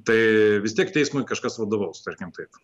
tai vis tiek teismui kažkas vadovaus tarkim taip